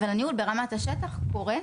אבל הניהול ברמת השטח קורה,